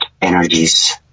Energies